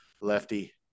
Lefty